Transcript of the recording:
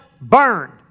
burned